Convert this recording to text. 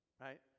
right